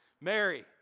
Mary